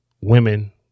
women